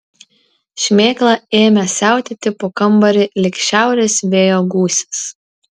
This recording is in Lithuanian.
šmėkla ėmė siautėti po kambarį lyg šiaurės vėjo gūsis